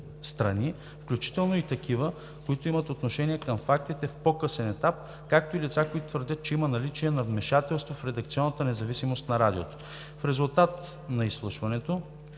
включително и такива, които имат отношение към фактите в по-късен етап, както и лица, които твърдят, че има наличие на вмешателство в редакционната независимост на Радиото. В резултат на изслушването